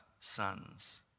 sons